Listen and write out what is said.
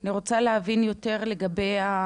אני רוצה להבין יותר על הסוגייה,